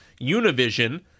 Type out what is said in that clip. Univision